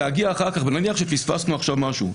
ונניח שפספסנו פה משהו בצו,